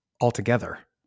altogether